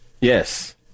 Yes